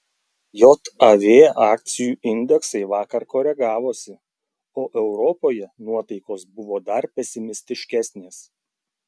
jav akcijų indeksai vakar koregavosi o europoje nuotaikos buvo dar pesimistiškesnės